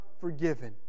forgiven